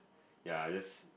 ya just